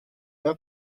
year